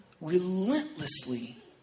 relentlessly